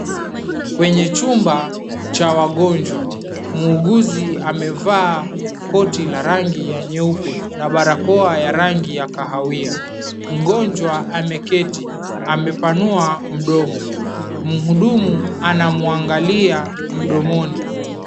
Kwenye chumba cha wagonjwa, muhuguzi amevaa koti la rangi nyeupe na barakoa ya rangi ya kahawia. Mgonjwa ameketi amepanua mdomo. Muhudumu anamwangalia mdomoni.